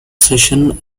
season